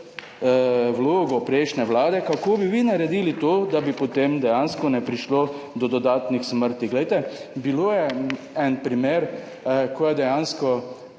vlogo prejšnje vlade, kako bi vi naredili to, da potem dejansko ne bi prišlo do dodatnih smrti. Bil je en primer, ko je dejansko